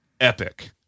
epic